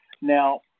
Now